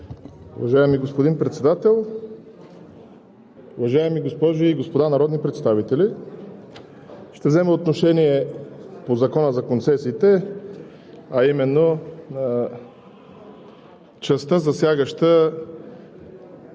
Уважаеми господин Председател, уважаеми госпожи и господа народни представители! Ще взема отношение по Закона за концесиите, а именно в частта, засягаща